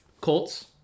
Colts